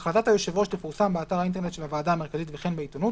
החלטת היושב ראש תפורסם באתר האינטרנט של הוועדה המרכזית וכן בעיתונות,